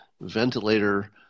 ventilator